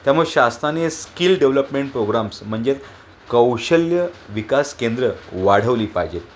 त्यामुळं शासनाने skill development programmes म्हणजे कौशल्य विकास केंद्र वाढवली पाहिजेत